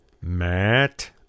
Matt